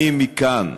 אני מכאן,